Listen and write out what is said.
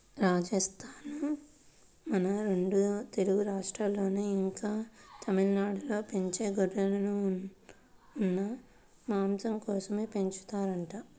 రాజస్థానూ, మన రెండు తెలుగు రాష్ట్రాల్లో, ఇంకా తమిళనాడులో పెంచే గొర్రెలను ఉన్ని, మాంసం కోసమే పెంచుతారంట